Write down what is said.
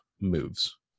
moves